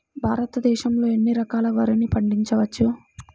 భారతదేశంలో ఎన్ని రకాల వరిని పండించవచ్చు